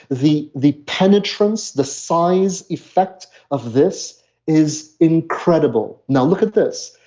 the the penetrance, the size effect of this is incredible. now look at this,